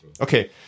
Okay